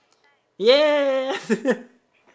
yeah